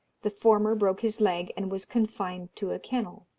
the former broke his leg, and was confined to a kennel.